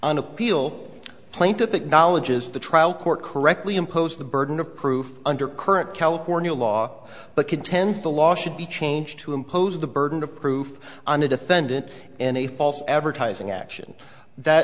appeal plaintiff acknowledges the trial court correctly imposed the burden of proof under current california law but contends the law should be changed to impose the burden of proof on a defendant in a false advertising action that